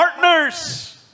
partners